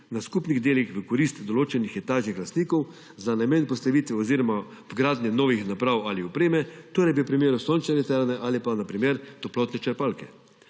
na skupnih delih v korist določenih etažnih lastnikov za namen postavitve oziroma vgradnje novih naprav ali opreme, torej v primeru sončne elektrarne ali na primer toplotne črpalke.